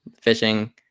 fishing